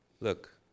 Look